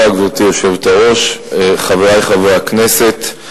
גברתי היושבת-ראש, תודה, חברי חברי הכנסת,